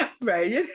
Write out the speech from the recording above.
Right